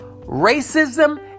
Racism